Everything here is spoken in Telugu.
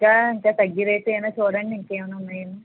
ఇంకా అంటే తగ్గే రేటు ఏమన్నా చూడండి ఇంకేమైనా ఉన్నాయేమో